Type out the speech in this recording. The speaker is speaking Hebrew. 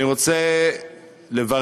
אני רוצה לברך